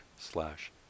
slash